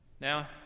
Now